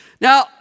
Now